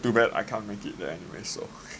too bad I can't make it there anyway so